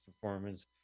performance